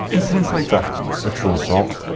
incidents like theft, sexual assault,